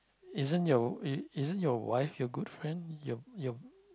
isn't your y~ wife your good friend your your